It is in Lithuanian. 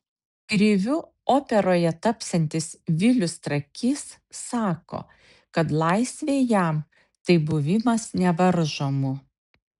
kriviu operoje tapsiantis vilius trakys sako kad laisvė jam tai buvimas nevaržomu